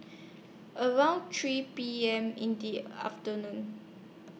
about three P M in The afternoon